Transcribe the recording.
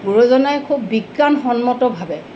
গুৰুজনাই খুব বিজ্ঞান সন্মতভাৱে